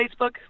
Facebook